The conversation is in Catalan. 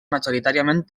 majoritàriament